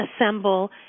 assemble